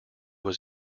was